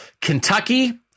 Kentucky